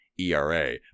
ERA